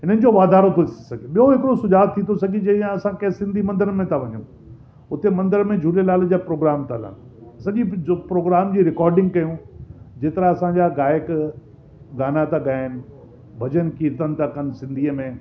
हिननि जो वाधारो थी सुजाक थी थो सघे की असां सिंधी मंदरनि में था वञूं उते मंदर में झूलेलाल जा प्रोग्राम था हलनि सॼी प्रोग्राम जी रिकार्डिंग कयूं जेतिरा असांजा गायक गाना था गाइनि भजन कीर्तन था कनि सिंधीअ में